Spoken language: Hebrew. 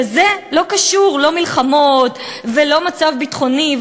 לזה לא קשור לא מלחמות ולא מצב ביטחוני,